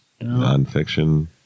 Nonfiction